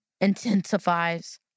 intensifies